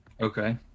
Okay